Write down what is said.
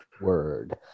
word